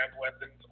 weapons